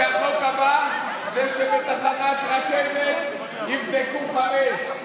שהחוק הבא זה שבתחנת רכבת יבדקו חמץ,